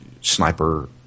sniper